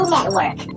Network